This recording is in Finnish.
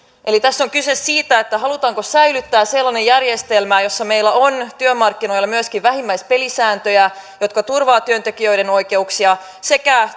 eli tässä on kyse siitä halutaanko säilyttää sellainen järjestelmä jossa meillä on työmarkkinoilla myöskin vähimmäispelisääntöjä jotka turvaavat työntekijöiden oikeuksia sekä